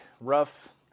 rough